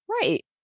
right